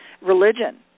religion